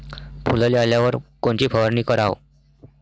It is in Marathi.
फुलाले आल्यावर कोनची फवारनी कराव?